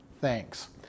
thanks